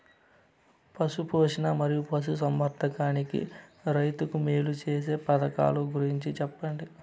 పశు పోషణ మరియు పశు సంవర్థకానికి రైతుకు మేలు సేసే పథకాలు గురించి చెప్పండి?